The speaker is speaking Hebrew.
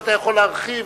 עכשיו אתה יכול להרחיב.